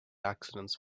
accidents